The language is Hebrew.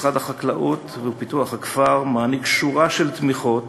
משרד החקלאות ופיתוח הכפר מעניק שורה של תמיכות